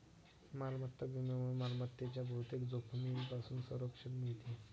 मालमत्ता विम्यामुळे मालमत्तेच्या बहुतेक जोखमींपासून संरक्षण मिळते